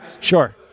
Sure